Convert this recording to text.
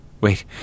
Wait